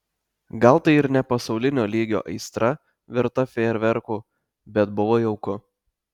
gal tai ir ne pasaulinio lygio aistra verta fejerverkų bet buvo jauku